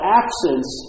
absence